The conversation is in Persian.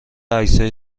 عکسهای